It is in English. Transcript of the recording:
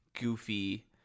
goofy